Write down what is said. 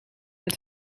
mijn